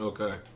Okay